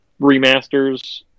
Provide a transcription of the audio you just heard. remasters